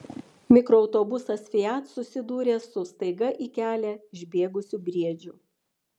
mikroautobusas fiat susidūrė su staiga į kelią išbėgusiu briedžiu